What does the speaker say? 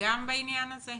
גם בעניין הזה.